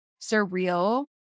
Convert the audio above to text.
surreal